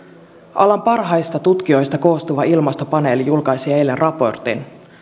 alan parhaista tutkijoista koostuva ilmastopaneeli julkaisi eilen raportin